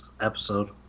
episode